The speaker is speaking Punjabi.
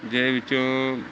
ਜੇ ਵਿੱਚੋਂ